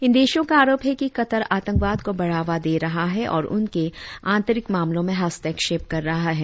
इन देशों का आरोप है कि कतर आतंकवाद को बढ़ावा दे रहा है और उनके आंतरिक मामलों में हस्तक्षेप कर रहा है